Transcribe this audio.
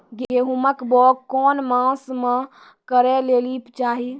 गेहूँमक बौग कून मांस मअ करै लेली चाही?